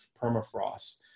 permafrost